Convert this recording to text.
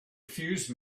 fuse